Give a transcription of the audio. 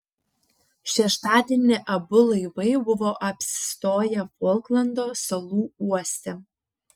šeštadienį abu laivai buvo apsistoję folklando salų uoste